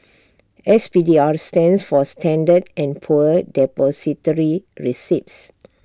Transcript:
S P D R stands for standard and poor Depository receipts